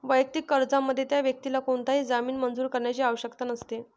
वैयक्तिक कर्जामध्ये, त्या व्यक्तीला कोणताही जामीन मंजूर करण्याची आवश्यकता नसते